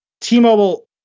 T-Mobile